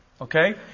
Okay